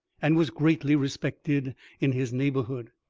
and was greatly respected in his neighbourhood.